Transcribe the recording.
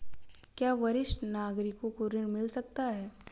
क्या वरिष्ठ नागरिकों को ऋण मिल सकता है?